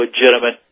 legitimate